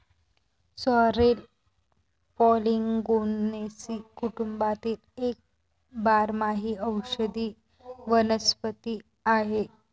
sorrel Polygonaceae कुटुंबातील एक बारमाही औषधी वनस्पती आहे